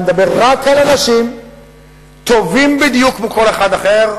אני מדבר רק על אנשים טובים בדיוק כמו כל אחד אחר,